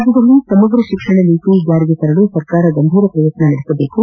ರಾಜ್ಯದಲ್ಲಿ ಸಮಗ್ರ ಶಿಕ್ಷಣ ನೀತಿ ಜಾರಿಗೊಳಿಸಲು ಸರ್ಕಾರ ಗಂಭೀರ ಪ್ರಯತ್ನ ನಡೆಸಬೇಕು